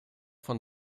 von